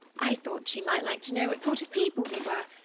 i thought she might like to know what sort of people we were,